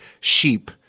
sheep –